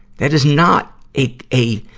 that is not a, a,